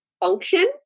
function